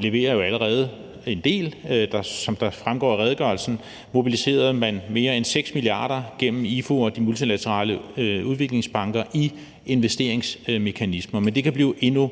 leverer jo allerede en del. Som det fremgår af redegørelsen, mobiliserede man mere end 6 mia. kr. gennem IFU og de multilaterale udviklingsbanker i investeringsmekanismer, men det kan blive endnu